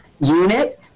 unit